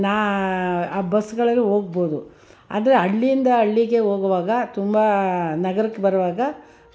ನಾನು ಆ ಬಸ್ಗಳಲ್ಲಿ ಹೋಗ್ಬೋದು ಅದು ಹಳ್ಳಿಯಿಂದ ಹಳ್ಳಿಗೆ ಹೋಗುವಾಗ ತುಂಬ ನಗರಕ್ಕೆ ಬರುವಾಗ